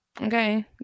okay